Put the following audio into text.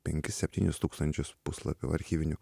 penkis septynis tūkstančius puslapių archyvinių